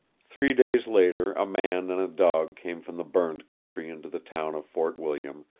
three days later a man and a dog came from the burned country into the town of fort william,